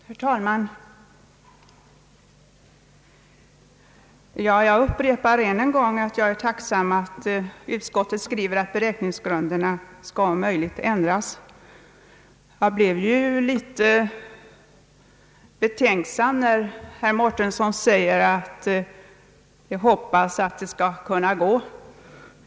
Herr talman! Jag upprepar att jag är tacksam över att utskottet skrivit att beräkningsgrunderna om möjligt skall ändras. Jag blev litet betänksam när herr Mårtensson sade att han hoppas att det skall kunna gå.